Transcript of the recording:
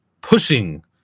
pushing